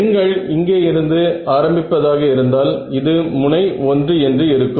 எண்கள் இங்கே இருந்து ஆரம்பிப்பதாக இருந்தால் இது முனை 1 என்று இருக்கும்